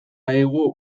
hego